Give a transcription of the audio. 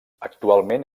actualment